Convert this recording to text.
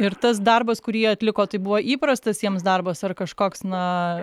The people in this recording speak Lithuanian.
ir tas darbas kurį atliko tai buvo įprastas jiems darbas ar kažkoks na